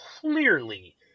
clearly